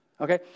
Okay